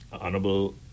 Honorable